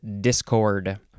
discord